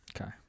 Okay